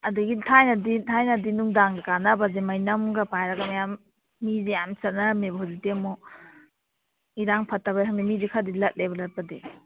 ꯑꯗꯒꯤ ꯊꯥꯏꯅꯗꯤ ꯊꯥꯏꯅꯗꯤ ꯅꯨꯡꯗꯥꯡꯗ ꯀꯥꯅꯕꯁꯦ ꯃꯩꯅꯝꯒ ꯄꯥꯏꯔꯒ ꯃꯌꯥꯝ ꯃꯤꯁꯦ ꯌꯥꯝ ꯆꯠꯅꯔꯝꯃꯦꯕ ꯍꯧꯖꯤꯛꯇꯤ ꯑꯃꯨꯛ ꯏꯔꯥꯡ ꯐꯠꯇꯕꯩꯔ ꯈꯪꯗꯦ ꯃꯤꯁꯦ ꯈꯔꯗꯤ ꯂꯠꯂꯦꯕ ꯂꯠꯄꯗꯤ